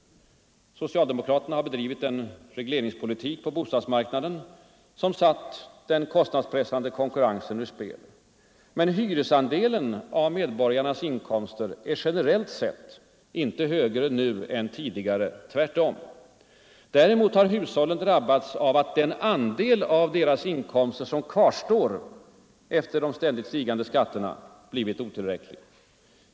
Socialdemokraterna har bedrivit en regleringspolitik på bostadsmarknaden, som satt den kostnadspressande konkurrensen ur spel. Men hyresandelen av medborgarnas inkomster är generellt sett inte högre nu än tidigare —- tvärtom. Däremot har hushållen drabbats av att den andel av deras inkomster som kvarstår efter de ständigt stigande skatterna blivit otillräcklig.